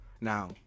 Now